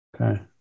Okay